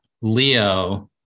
Leo